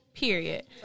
Period